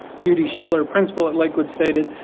judy schiller, principal at lakewood stated,